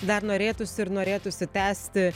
dar norėtųsi ir norėtųsi tęsti